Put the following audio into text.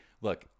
look